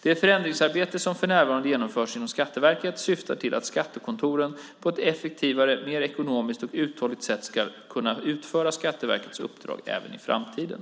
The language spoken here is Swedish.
Det förändringsarbete som för närvarande genomförs inom Skatteverket syftar till att skattekontoren på ett effektivare, mer ekonomiskt och uthålligt sätt ska kunna utföra Skatteverkets uppdrag även i framtiden.